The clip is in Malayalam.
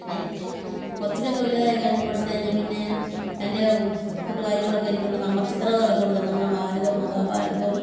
പിന്നെ കുറച്ചുകൂടി ഒക്കെ വലുതായി കഴിഞ്ഞപ്പോഴത്തേന് പിന്നെ എൻ്റെ കൂട്ടുകാരികളൊക്കെ എനിക്ക് കൊണ്ട് അമർചിത്രകഥകളൊക്കെ കൊണ്ട് തന്നു നമ്മൾ ഭാരതവും മഹാഭാരതവും